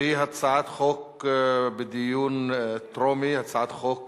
והוא, הצעת חוק בדיון טרומי: הצעת חוק